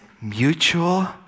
mutual